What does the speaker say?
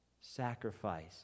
sacrifice